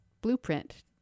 Blueprint